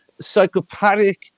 psychopathic